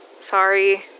sorry